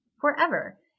forever